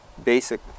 basic